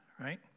right